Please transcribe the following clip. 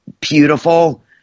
Beautiful